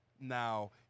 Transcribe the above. Now